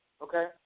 okay